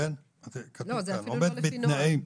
כשאתם אומרים תנאים,